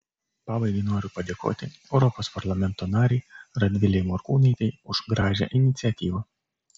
pabaigai noriu padėkoti europos parlamento narei radvilei morkūnaitei už gražią iniciatyvą